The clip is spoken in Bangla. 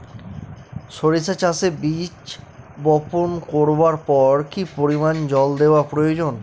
সরিষা চাষে বীজ বপন করবার পর কি পরিমাণ জল দেওয়া প্রয়োজন?